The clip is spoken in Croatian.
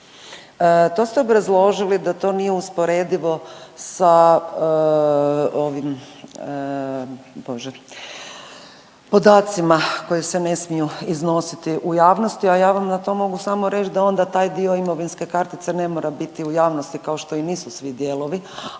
To ste obrazložili da to nije usporedivo sa ovim Bože podacima koji se ne smiju iznositi u javnosti, a ja vam na to mogu samo reć da onda taj dio imovinske kartice ne mora biti u javnosti kao što i nisu svi dijelovi,